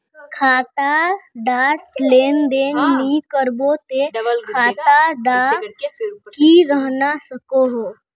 खाता डात लेन देन नि करबो ते खाता दा की रहना सकोहो?